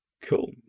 Cool